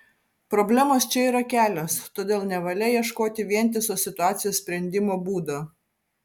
problemos čia yra kelios todėl nevalia ieškoti vientiso situacijos sprendimo būdo